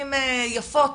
במילים יפות,